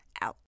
out